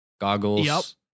Goggles